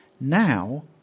Now